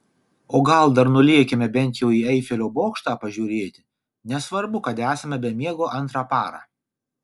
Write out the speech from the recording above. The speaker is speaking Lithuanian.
o gal dar nulėkime bent jau į eifelio bokštą pažiūrėti nesvarbu kad esame be miego antrą parą